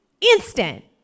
instant